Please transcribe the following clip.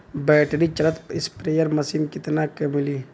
Battery चलत sprayer machine कितना क मिली?